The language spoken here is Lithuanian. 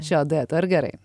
šio dueto ar gerai